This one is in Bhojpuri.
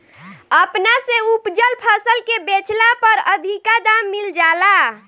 अपना से उपजल फसल के बेचला पर अधिका दाम मिल जाला